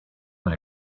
when